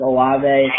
Olave